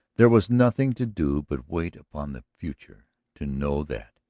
there was nothing to do but wait upon the future to know that,